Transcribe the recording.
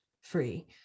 free